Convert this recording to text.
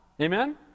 Amen